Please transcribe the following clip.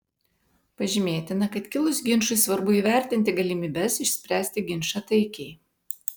pažymėtina kad kilus ginčui svarbu įvertinti galimybes išspręsti ginčą taikiai